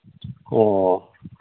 ꯑꯣ